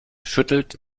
schüttelt